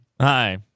Hi